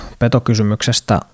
petokysymyksestä